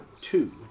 Two